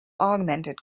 augmented